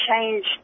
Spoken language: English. change